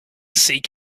seek